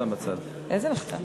הצעת